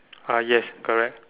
ah yes correct